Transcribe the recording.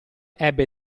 ebbe